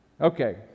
Okay